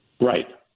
Right